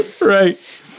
Right